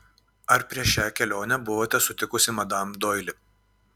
ar prieš šią kelionę buvote sutikusi madam doili